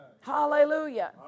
hallelujah